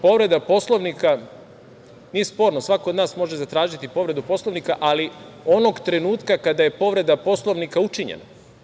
Povreda Poslovnika, nije sporno, svako od nas može zatražiti povredu Poslovnika, ali onog trenutka kada je povreda Poslovnika učinjena.